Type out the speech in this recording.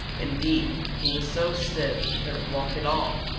indeed, he was so stiff he couldn't walk at all.